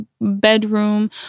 bedroom